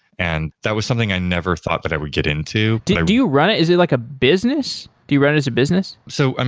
and that was something i never thought that i would get into do you run it? is it like a business? do you run it as a business? so i